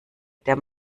der